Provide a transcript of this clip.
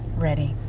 ready!